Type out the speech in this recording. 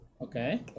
Okay